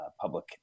public